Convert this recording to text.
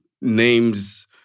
names